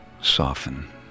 soften